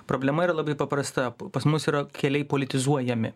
problema yra labai paprasta pas mus yra keliai politizuojami